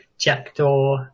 jackdaw